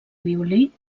violí